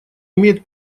имеет